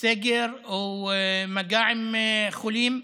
סגר או מגע עם חולים.